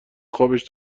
خابش